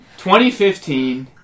2015